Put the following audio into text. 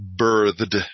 birthed